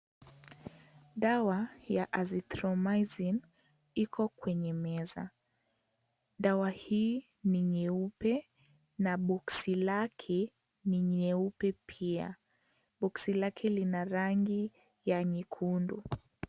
Dawa ya Azithromycin liko kwenye meza. Dawa hii ni nyeupe na boksi lake ni nyeupe pia. Boksi lake lina rangi ya nyekundu.